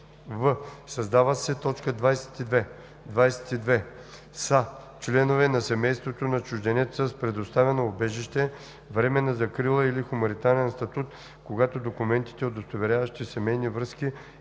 в) създава се т. 22: „22. са членове на семейството на чужденец с предоставено убежище, временна закрила или хуманитарен статут – когато документите, удостоверяващи семейните връзки